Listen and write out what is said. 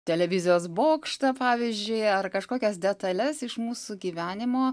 televizijos bokštą pavyzdžiui ar kažkokias detales iš mūsų gyvenimo